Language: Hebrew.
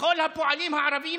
לכל הפועלים הערבים,